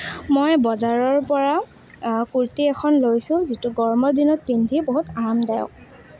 মই বজাৰৰ পৰা কুৰ্তি এখন লৈছোঁ যিটো গৰমৰ দিনত পিন্ধি বহুত আৰামদায়ক